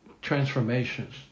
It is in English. transformations